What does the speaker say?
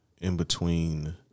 in-between